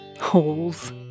Holes